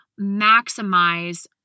maximize